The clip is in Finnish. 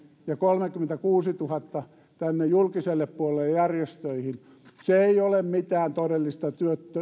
ja kolmekymmentäkuusituhatta tänne julkiselle puolelle ja järjestöihin se ei ole mitään todellista